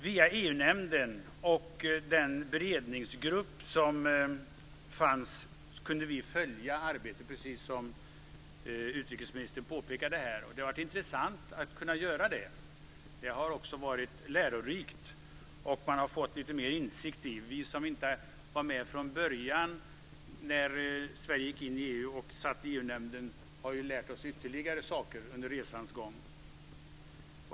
Via EU-nämnden och den beredningsgrupp som fanns kunde vi följa arbetet, precis som utrikesministern påpekade här. Det har varit intressant och lärorikt att kunna göra det. Man har fått lite mer insikt. Vi som inte var med från början när Sverige gick in i EU och satt i EU-nämnden har lärt oss ytterligare saker under resans gång.